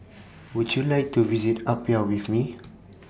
Would YOU like to visit Apia with Me